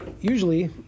Usually